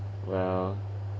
well